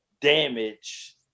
damage